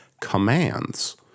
commands